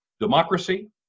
democracy